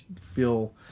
feel